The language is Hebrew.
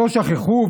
לא שכחו.